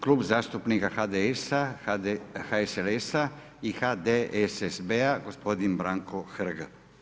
Klub zastupnika HDS-a, HSLS-a i HDSSB-a, gospodin Branko Hrg.